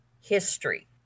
history